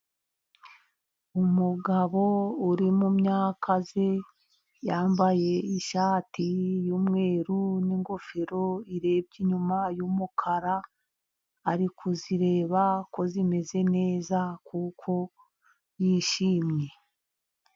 Umugabo uri mu myaka ye, yambaye ishati y'umweru, n'ingofero irebye inyuma y'umukara, ari kuyireba ko imeze neza kuko yishimye.